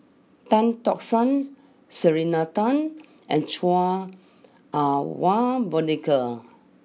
Tan Tock San Selena Tan and Chua Ah Wa Monica